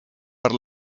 per